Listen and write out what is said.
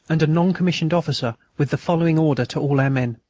and a non-commissioned officer with the following order to all our men